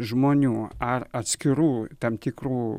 žmonių ar atskirų tam tikrų